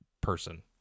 person